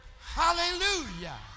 Hallelujah